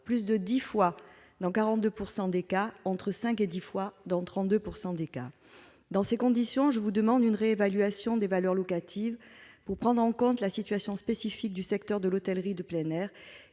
plus de dix fois dans 42 % des cas, entre cinq et dix fois dans 32 % des cas. Dans ces conditions, je demande à M. le ministre une réévaluation des valeurs locatives pour prendre en compte la situation spécifique du secteur de l'hôtellerie de plein air